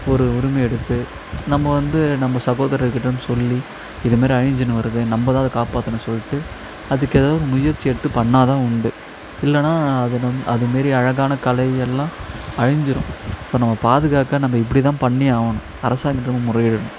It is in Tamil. ஒரு உரிமை எடுத்து நம்ம வந்து நம்ம சகோதரர் கிட்டேனு சொல்லி இது மாதிரி அழிஞ்சுன்னு வருது நம்ம தான் அதை காப்பாற்றணும் சொல்லிட்டு அதுக்கு ஏதாவது முயற்சி எடுத்து பண்ணால்தான் உண்டு இல்லைனா அது நம்ம அதுமாரி அழகான கலையெல்லாம் அழிஞ்சுரும் ஸோ நம்ம பாதுகாக்க நம்ம இப்படிதான் பண்ணியாகணும் அரசாங்கத்துக் கிட்டே நம்ம முறையிடணும்